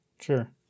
sure